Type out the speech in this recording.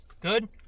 Good